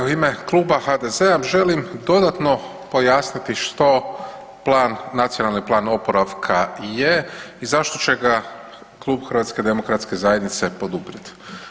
U ime kluba HDZ-a želim dodatno pojasniti što Nacionalni plan oporavka je i zašto će ga klub HDZ-a poduprijet.